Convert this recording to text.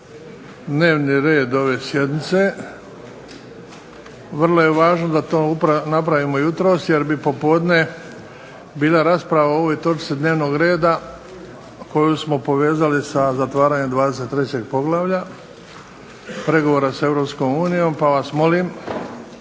dnevni red ove sjednice. Vrlo je važno da to napravimo jutros jer bi popodne bila rasprava o ovoj točci dnevnog reda koju smo povezali sa zatvaranjem 23. Poglavlja pregovora s EU pa vas molim